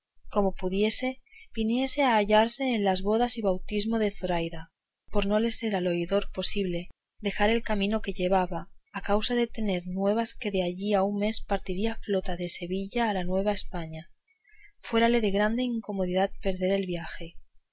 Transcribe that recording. como pudiese viniese a hallarse en las bodas y bautismo de zoraida por no le ser al oidor posible dejar el camino que llevaba a causa de tener nuevas que de allí a un mes partía la flota de sevilla a la nueva españa y fuérale de grande incomodidad perder el viaje